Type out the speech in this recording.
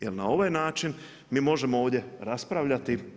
Jer na ovaj način mi možemo ovdje raspravljati.